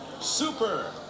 super